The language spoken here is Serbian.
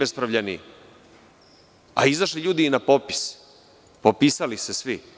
Izašli ljudi i na popis, popisali se svi.